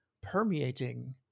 permeating